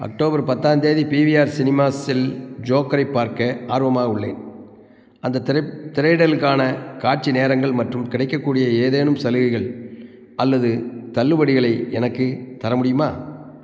October பத்தாந்தேதி PVR சினிமாஸில் ஜோக்கரை பார்க்க ஆர்வமாக உள்ளேன் அந்த திரைப் திரையிடலுக்கான காட்சி நேரங்கள் மற்றும் கிடைக்கக்கூடிய ஏதேனும் சலுகைகள் அல்லது தள்ளுபடிகளை எனக்கு தர முடியுமா